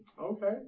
Okay